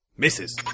Misses